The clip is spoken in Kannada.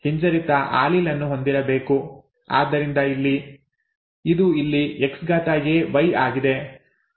ಆದ್ದರಿಂದ ಇದು ಇಲ್ಲಿ XaY ಆಗಿದೆ